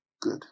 good